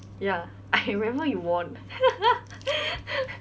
ya I remember you won